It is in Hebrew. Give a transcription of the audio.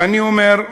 ואני אומר,